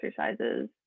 exercises